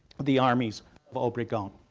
the armies of obregon.